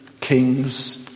kings